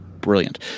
Brilliant